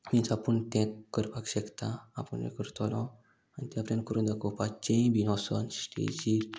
means आपूण तेंच करपाक शकता आपूण हें करतलो आनी तें आपल्यान करून दाखोवपाचेंय बी वोसोन स्टेजीर